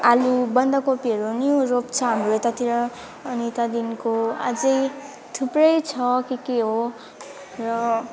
आलु बन्दाकोपीहरू पनि रोप्छ हाम्रो यतातिर अनि त्यहाँदेखिको अझै थुप्रै छ के के हो र